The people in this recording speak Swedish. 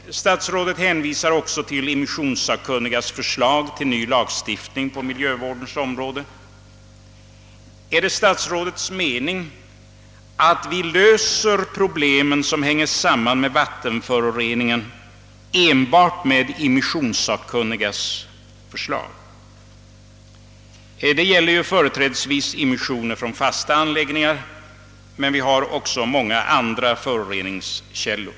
Statsrådet hänvisar också till immissionssakkunnigas förslag till ny lagstiftning på miljövårdens område. är det statsrådets mening att vi löser de problem som hänger samman med vattenföroreningen enbart genom immissionssakkunnigas förslag? Det gäller företrädesvis immissioner från fasta anläggningar, men vi har också många andra föroreningskällor.